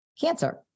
cancer